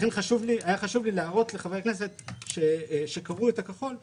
לכן היה חשוב לי להראות לחברי הכנסת שקראו את הכחול,